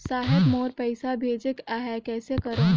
साहेब मोर पइसा भेजेक आहे, कइसे करो?